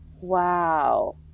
Wow